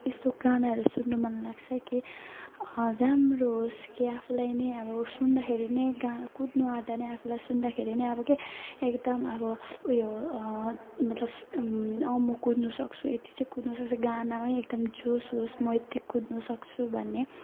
यस्तो गानाहरू सुन्नु मनलाग्छ कि राम्रो होस् जस्तो कि आफूलाई नै अब सुन्दाखेरि नै कहाँ कुद्नु आँट्दा नै आफूलाई सुन्दाखेरि नै अब के एकदम अब उयो मतलब अँ म कुद्नसक्छु यति चाहिँ कुद्नसक्छ गानामै एकदम जे होस् होस् म यत्ति कुद्नसक्छु भन्ने